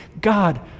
God